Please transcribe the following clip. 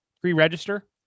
pre-register